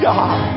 God